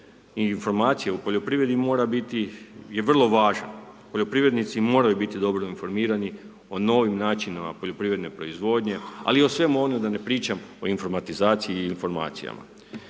informacije u poljoprivredi, mora biti i je vrlo važan, poljoprivrednici moraju biti dobro informirani o novim načinima poljoprivredne proizvodnje, ali i o svemu onome da ne pričamo o informatizaciji i informacijama.